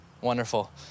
Wonderful